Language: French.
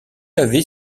avait